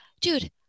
Dude